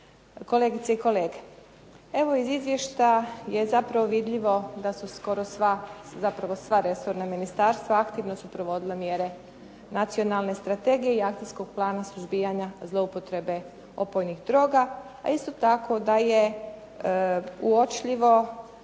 kolegice i kolege. Evo iz izvješća je zapravo vidljivo da su skoro sva, zapravo resorna ministarstva aktivno su provodila mjere nacionalne strategije i akcijskog plana suzbijanja zloupotrebe opojnih droga, a isto tako da je uočljivo